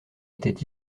était